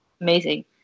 amazing